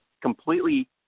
completely